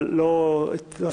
אבל לא שיחקתי.